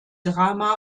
drama